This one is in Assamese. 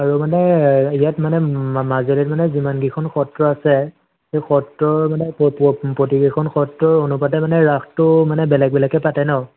আৰু মানে হেৰিয়াত মানে মাজুলীত মানে যিমানকেইখন সত্ৰ আছে সেই সত্ৰ প্ৰতিকেইখন সত্ৰৰ অনুপাতে মানে ৰাসটো মানে বেলেগ বেলেগকৈ পাতে ন